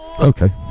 Okay